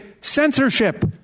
censorship